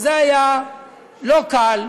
שזה היה לא קל,